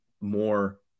more